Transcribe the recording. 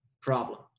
problem